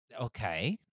Okay